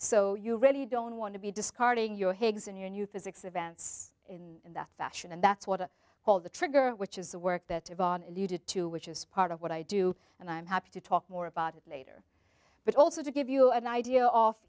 so you really don't want to be discarding your higgs and your new physics advance in that fashion and that's what i call the trigger which is the work that yvonne you did to which is part of what i do and i'm happy to talk more about it later but also to give you an idea of